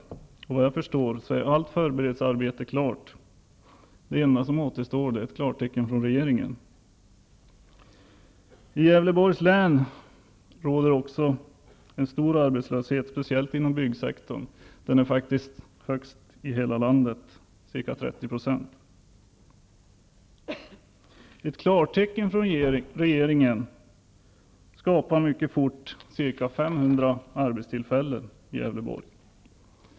Och såvitt jag förstår är allt förberedelsearbete klart. Det enda som återstår är ett klartecken från regeringen. I Gävleborgs län råder också stor arbetslöshet, speciellt inom byggsektorn -- den är faktiskt högst i hela landet, ca 30 %. Ett klartecken från regeringen skulle mycket snabbt skapa ca 500 arbetstillfällen i Gävleborg.